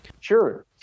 Sure